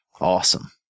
awesome